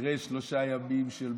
אחרי שלושה ימים של מופע,